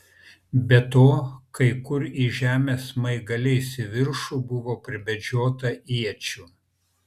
be to kai kur į žemę smaigaliais į viršų buvo pribedžiota iečių